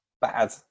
bad